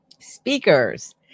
speakers